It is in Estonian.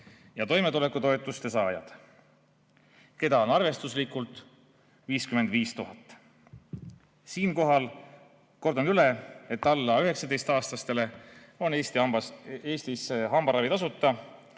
ja toimetulekutoetuse saajad, keda on arvestuslikult 55 000. Siinkohal kordan üle, et alla 19‑aastastele on Eestis hambaravi tasuta